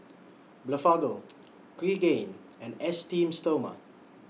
Blephagel Pregain and Esteem Stoma